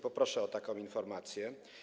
Poproszę o taką informację.